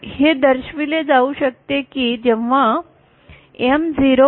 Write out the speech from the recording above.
हे दर्शविले जाऊ शकते की जेव्हा M 0